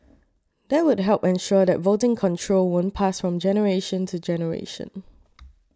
that would help ensure that voting control won't pass from generation to generation